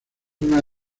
una